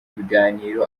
ibiganiro